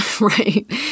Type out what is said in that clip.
Right